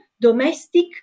domestic